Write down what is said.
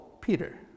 Peter